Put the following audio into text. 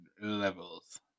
levels